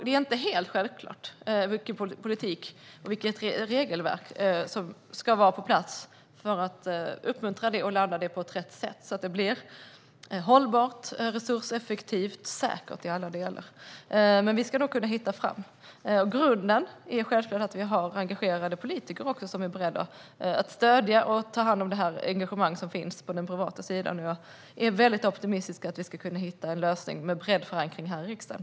Det är inte helt självklart vilken politik och vilket regelverk som ska vara på plats för att uppmuntra detta och landa det på rätt sätt så att det blir hållbart, resurseffektivt och säkert i alla delar. Men vi ska nog kunna hitta fram. Grunden är självklart att vi har engagerade politiker, som är beredda att stödja och ta hand om det engagemang som finns på den privata sidan. Jag är väldigt optimistisk om att vi ska kunna hitta en lösning med bred förankring här i riksdagen.